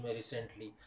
recently